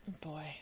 Boy